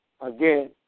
Again